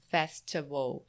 Festival